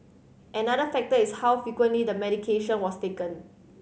another factor is how frequently the medication was taken